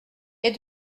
est